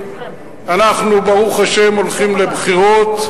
ואנחנו ברוך השם הולכים לבחירות.